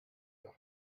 the